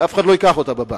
ואף אחד לא ייקח אותה בבנק.